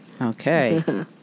Okay